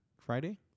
Friday